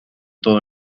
todo